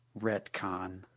retcon